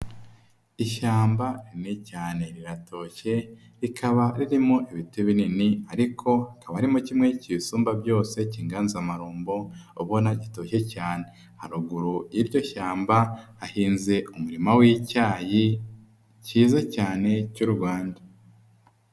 Ishyamba rinini cyane riratoshye rikaba ririmo ibiti binini ariko hakaba harimo kimwe kibiisumba byose kinganzamarumbo ubona gitoshye cyane, haruguru y'iryo shyamba hahinze umurima w'icyayi cyiza cyane cy'u Rwanda.